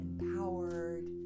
empowered